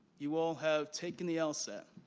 you all have taken the lsat.